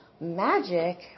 magic